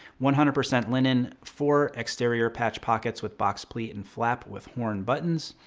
one hundred percent linen. four exterior patch pockets with box pleat and flap with horn buttons.